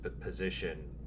position